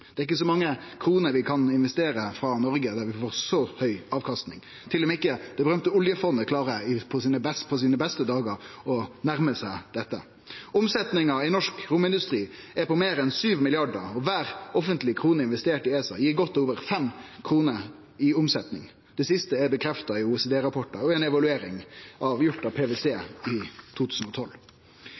Det er ikkje på så mange område Noreg kan investere og få så høg avkastning, ikkje eingong det berømte oljefondet klarer på sine beste dagar å nærme seg dette. Omsetninga i norsk romindustri er på meir enn 7 mrd. kr, og kvar offentleg krone investert i ESA gir godt over 5 kr i omsetning. Det siste er bekrefta i OECD-rapportar og i ei evaluering gjord av PWC i 2012.